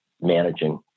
managing